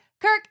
Kirk